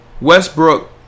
Westbrook